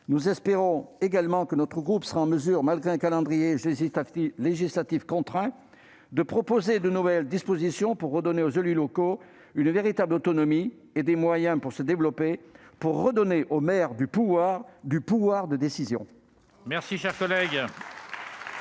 Nous espérons également que notre groupe sera en mesure, malgré un calendrier législatif contraint, de proposer de nouvelles dispositions afin de redonner aux élus locaux une véritable autonomie et des moyens pour se développer. Il s'agit de redonner aux maires du pouvoir de décision